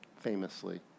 famously